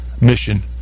mission